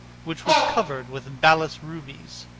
which was covered with balas rubies.